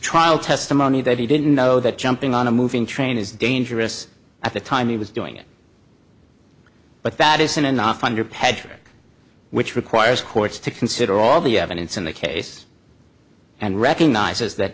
trial testimony that he didn't know that jumping on a moving train is dangerous at the time he was doing it but that isn't enough under patrick which requires courts to consider all the evidence in the case and recognizes that